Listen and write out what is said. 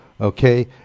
Okay